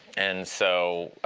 and so,